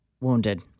wounded